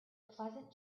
pleasant